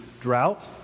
drought